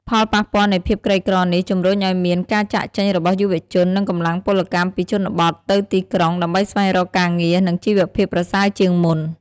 ផលប៉ះពាល់នៃភាពក្រីក្រនេះ ជំរុញឱ្យមាន ការចាកចេញរបស់យុវជន និងកម្លាំងពលកម្មពីជនបទទៅទីក្រុង ដើម្បីស្វែងរកការងារ និងជីវភាពប្រសើរជាងមុន។